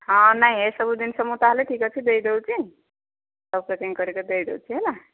ହଁ ନାହିଁ ଏ ସବୁ ଜିନିଷ ମୁଁ ତା'ହେଲେ ଠିକ୍ ଅଛି ଦେଇଦେଉଛି ଦେଇଦେଉଛି ହେଲା